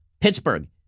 Pittsburgh